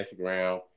Instagram